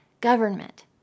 government